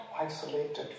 isolated